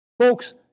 Folks